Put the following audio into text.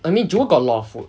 I mean Jewel got a lot of food